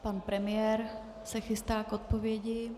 Pan premiér se chystá k odpovědi.